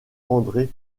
andré